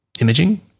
Imaging